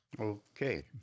Okay